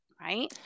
Right